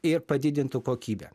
ir padidintų kokybę